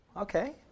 Okay